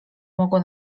mogło